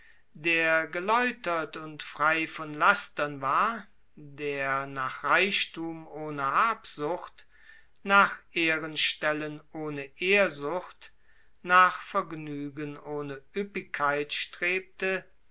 der geläutert und frei von lastern war der nach reichthum ohne habsucht nach ehrenstellen ohne ehrsucht nach vergnügen ohne ueppigkeit strebte